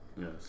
Yes